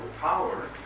power